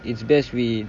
it's best we